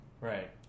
Right